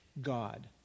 God